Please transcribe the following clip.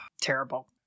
Terrible